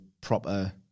proper